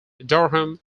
durham